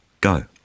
go